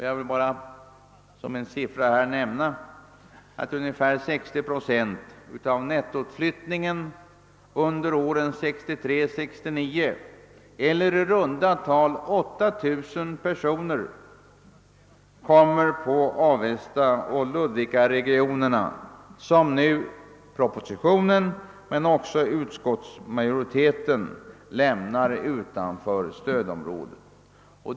Jag vill bara nämna att ungefär 60 procent av nettoutflyttningen under åren 1963—1969 eller i runda tal 8000 personer faller på Avestaoch Ludvikaregionerna, som i propositionen och i utskottsmajoritetens förslag lämnas utanför stödområdet.